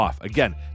Again